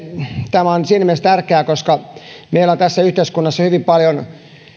tämä on siinä mielessä tärkeää koska meillä on tässä yhteiskunnassa hyvin paljon